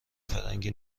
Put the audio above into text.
فرنگی